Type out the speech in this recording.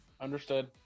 Understood